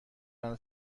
منو